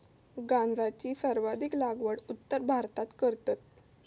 गांजाची सर्वाधिक लागवड उत्तर भारतात करतत